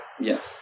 Yes